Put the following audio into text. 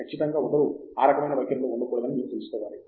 ఖచ్చితంగా ఒకరు ఆ రకమైన వైఖరిలో ఉండకూడదని మీరు తెలుసుకోవాలి